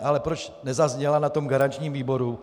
Ale proč nezazněla na tom garančním výboru?